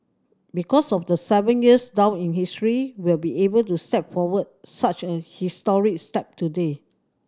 because of the seven years down in history we'll be able to step forward such a historic step today